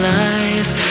life